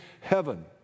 heaven